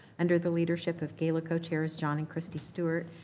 under the leadership of gala co-chairs jon and christi stewart,